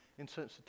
insensitivity